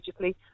digitally